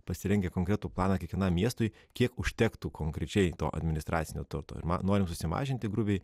pasirengę konkretų planą kiekvienam miestui kiek užtektų konkrečiai to administracinio turto ir man norim susimažinti grubiai